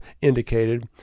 indicated